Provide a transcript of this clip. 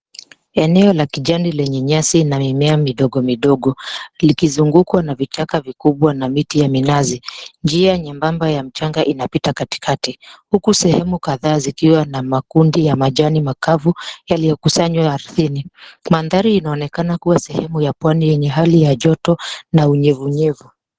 Eneo la kijani lenye nyasi na mimea midogo midogo likizungukwa na vichaka vikubwa na miti ya minazi. Njia nyembamba ya mchanga inapita katikati huku sehemu kadhaa zikiwa na makundi ya manjani makavu yaliyokusanywa ardhini. Mandhari inaonekana kuwa sehemu ya pwani yenye hali ya joto na unyevunyevu.